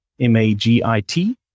m-a-g-i-t